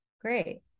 Great